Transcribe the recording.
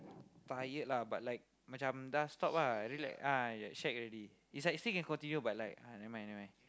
tired lah but like macam just stop ah relax ah yet shag already is like still can continue but like ah never mind never mind